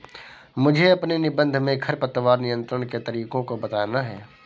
मुझे अपने निबंध में खरपतवार नियंत्रण के तरीकों को बताना है